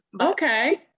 Okay